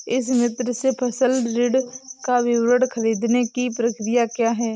ई मित्र से फसल ऋण का विवरण ख़रीदने की प्रक्रिया क्या है?